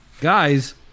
guys